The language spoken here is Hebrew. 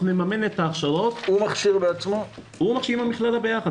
אנחנו נממן את ההכשרות, הוא מכשיר עם המכללה ביחד.